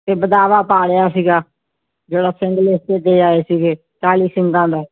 ਅਤੇ ਬੇਦਾਅਵਾ ਪਾੜਿਆ ਸੀਗਾ ਜਿਹੜਾ ਸਿੰਘ ਲਿਖ ਕੇ ਦੇ ਆਏ ਸੀਗੇ ਚਾਲੀ ਸਿੰਘਾਂ ਦਾ